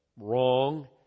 wrong